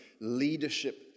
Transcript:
leadership